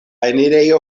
enirejo